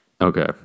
okay